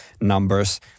numbers